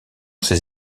ses